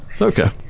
Okay